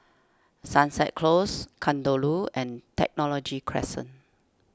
Sunset Close Kadaloor and Technology Crescent